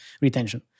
retention